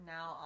Now